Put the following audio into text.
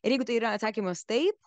ir jeigu tai yra atsakymas taip